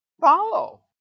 follow